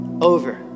over